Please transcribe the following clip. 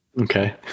Okay